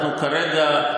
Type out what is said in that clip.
כרגע,